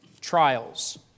Trials